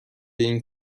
این